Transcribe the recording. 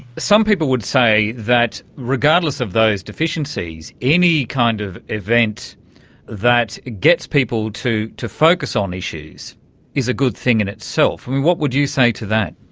some people would say that regardless of those deficiencies, any kind of event that gets people to to focus on issues is a good thing in itself. what would you say to that?